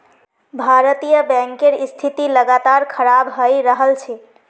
भारतीय बैंकेर स्थिति लगातार खराब हये रहल छे